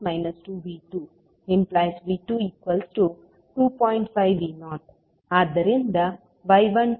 5V0 ಆದುದರಿಂದ y12I1V2 V082